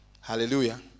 Hallelujah